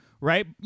right